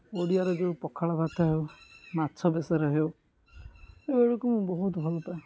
ଓଡ଼ିଆରେ ଯେଉଁ ପଖାଳ ଭାତ ହେଉ ମାଛ ବେସର ହେଉ ଏଗୁଡ଼ିକୁ ମୁଁ ବହୁତ ଭଲପାଏ